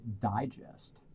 digest